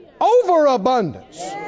Overabundance